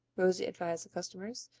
rosie advised the customers.